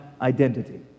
identity